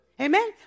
Amen